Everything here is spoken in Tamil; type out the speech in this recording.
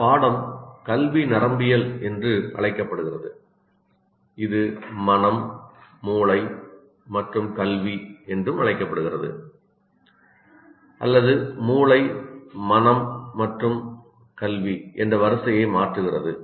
இந்த பாடம் கல்வி நரம்பியல் என்று அழைக்கப்படுகிறது இது மனம் மூளை மற்றும் கல்வி என்றும் அழைக்கப்படுகிறது அல்லது மூளை மனம் மற்றும் கல்வி என்ற வரிசையை மாற்றுகிறது